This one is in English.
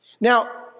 Now